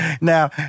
Now